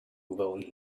will